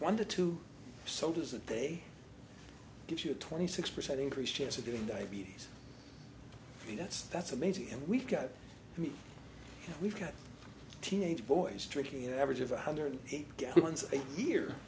one to two soldiers a day gives you a twenty six percent increased chance of getting diabetes that's that's amazing and we've got we've got teenage boys drinking average of one hundred gallons a year